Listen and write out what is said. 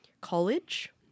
college